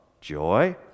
joy